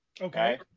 Okay